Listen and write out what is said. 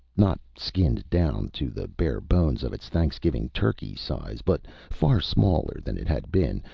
not skinned down to the bare bones of its thanksgiving-turkey-size, but far smaller than it had been,